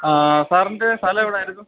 ആ സാറിൻ്റെ സ്ലം എവിടൊയിരുന്നു